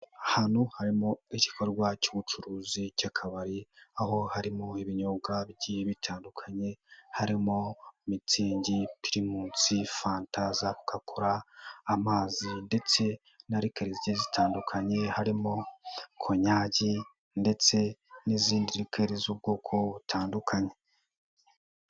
Ahantu harimo igikorwa cy'ubucuruzi cy'akabari, aho harimo ibinyobwa bitandukanye, harimo mitsingi, primus, fanta za cocacola, amazi ndetse na likeri zigiye zitandukanye harimo konyagi ndetse n'izindi likeri z'ubwoko butandukanye.